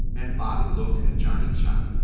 and bobby looked at johnny chuck,